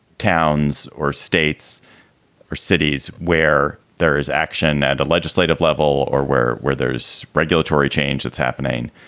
towns or states or cities where there is action at a legislative level or where where there is speculatory change that's happening.